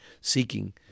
seeking